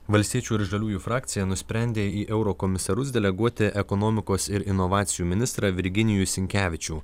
valstiečių ir žaliųjų frakcija nusprendė į eurokomisarus deleguoti ekonomikos ir inovacijų ministrą virginijų sinkevičių